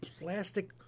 plastic